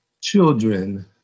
children